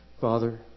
Father